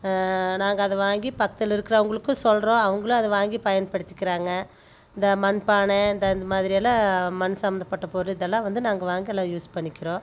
நாங்கள் அதை வாங்கி பக்கத்தில் இருக்கிறவங்களுக்கும் சொல்லுறோம் அவங்களும் அதை வாங்கி பயன்படுத்திக்கிறாங்க இந்த மண்பானை இந்த இந்த மாதிரி எல்லாம் மண் சம்பந்தப்பட்ட பொருள் இதெல்லாம் வந்து நாங்கள் வாங்கல யூஸ் பண்ணிக்கிறோம்